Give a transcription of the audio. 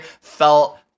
felt